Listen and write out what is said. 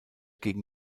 gegen